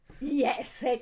Yes